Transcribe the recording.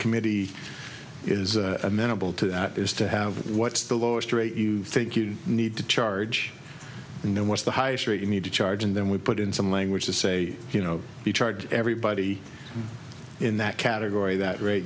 committee is amenable to that is to have what's the lowest rate you think you need to charge you know what's the highest rate you need to charge and then we put in some language to say you know we charge everybody in that category that rate